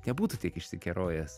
nebūtų tiek išsikerojęs